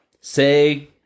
Say